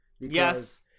Yes